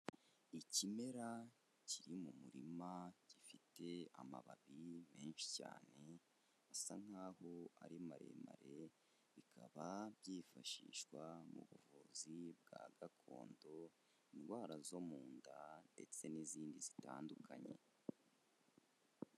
Ikimera kiri mu murima, gifite amababi menshi cyane, asa nk'aho ari maremare, bikaba byifashishwa mu buvuzi bwa gakondo indwara zo mu nda, ndetse n'izindi zitandukanye.